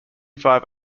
five